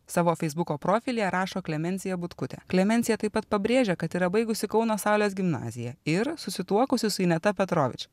savo feisbuko profilyje rašo klemensija butkutė klemensija taip pat pabrėžia kad yra baigusi kauno saulės gimnaziją ir susituokusi su ineta petrovič